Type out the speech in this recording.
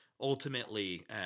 ultimately